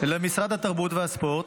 ולמשרד התרבות והספורט,